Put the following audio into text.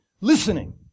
listening